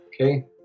Okay